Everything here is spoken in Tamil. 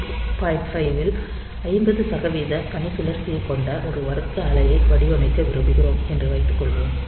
5 இல் 50 சதவீத பணிசுழற்சியைக் கொண்ட ஒரு வர்க்க அலையை வடிவமைக்க விரும்புகிறோம் என்று வைத்துக்கொள்வோம்